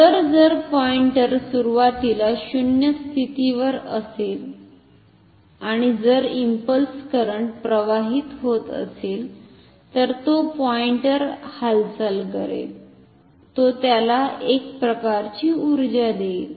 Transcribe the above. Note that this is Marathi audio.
तर जर पॉईंटर सुरुवातीला 0 स्थितीवर असेल आणि जर इंपल्स करंट प्रवाहित होत असेल तर तो पॉइंटर हालचाल करेल तो त्याला एक प्रकारची उर्जा देईल